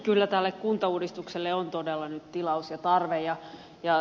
kyllä tälle kuntauudistukselle on todella nyt tilaus ja tarve